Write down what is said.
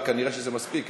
וכנראה שזה מספיק.